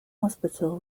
hospital